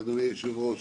אדוני היושב-ראש,